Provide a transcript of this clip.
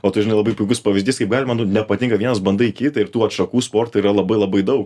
o tai žinai labai puikus pavyzdys kaip galima nu nepatinka vienas bandai kitą ir tų vat šakų sporto yra labai labai daug